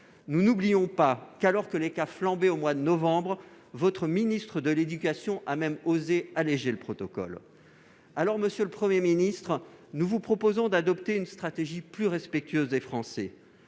Nous n'oublions pas que, alors que les cas flambaient au mois de novembre, votre ministre de l'éducation a même osé alléger le protocole. Monsieur le Premier ministre, nous vous proposons d'adopter une stratégie plus respectueuse des Français.